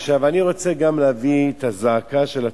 עכשיו, אני רוצה גם להביא את הזעקה של התושבים,